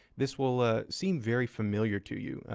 this will ah seem very familiar to you,